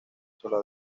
sola